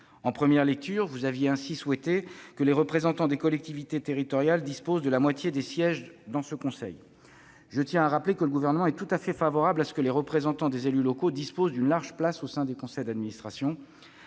En première lecture, vous aviez ainsi souhaité que les représentants des collectivités territoriales disposent de la moitié des sièges dans ce conseil. Je tiens à rappeler que le Gouvernement est tout à fait favorable à ce que les représentants des élus locaux disposent d'une large place au sein du conseil d'administration